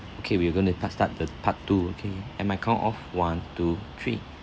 okay we are gonna sta~ start the part two okay and my count of one two three